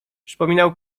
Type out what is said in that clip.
przypominał